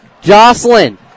Jocelyn